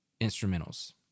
instrumentals